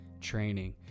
training